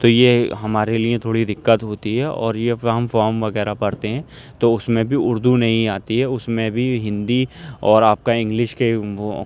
تو یہ ہمارے لیے تھوڑی دقت ہوتی ہے اور یہ پھر ہم فام وغیرہ بھرتے ہیں تو اس میں بھی اردو نہیں آتی ہے اس میں بھی ہندی اور آپ کا انگلش کے وہ